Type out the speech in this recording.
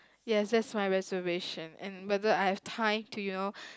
yes that's my reservation and whether I have time to you know